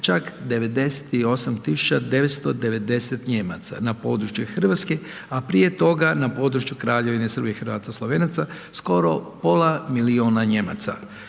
čak 98990 Nijemaca na području RH, a prije toga na području Kraljevine Srba i Hrvata i Slovenaca skoro pola milijuna Nijemaca,